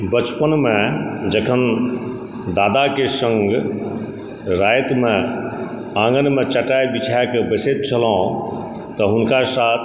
बचपनमे जखन दादाके सङ्ग रातिमे आङ्गनमे चटाइ बिछाके बैसैत छलहुँ तऽ हुनकासंँ